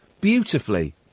beautifully